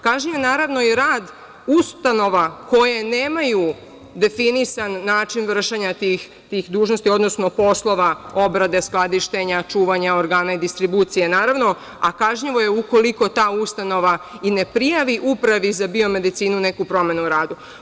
Kažnjivo je naravno i rad ustanova koje nemaju definisan način vršenja tih dužnosti, odnosno poslova obrade, skladištenja, čuvanja organa i distribucije naravno, a kažnjivo je i ukoliko ta ustanova ne prijavi Upravi za biomedicinu neku promenu u radu.